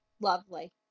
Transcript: Lovely